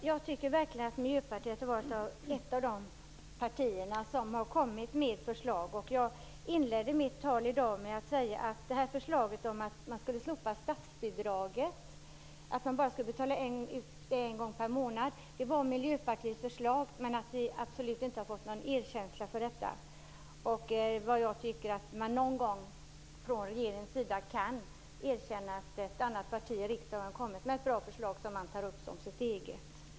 Fru talman! Jag tycker att Miljöpartiet tillhör de partier som verkligen har kommit med förslag. Jag inledde mitt anförande i dag med att säga att det var Miljöpartiets insats som stoppade förslaget om att statsbidraget skall betalas ut bara en gång per månad. Detta var Miljöpartiets förtjänst, men för detta har vi absolut inte fått någon erkänsla. Jag tycker att man från regeringens sida någon gång kan erkänna att ett annat parti i riksdagen har kommit med ett bra förslag som man har tagit upp som sitt eget.